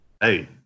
Hey